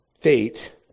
fate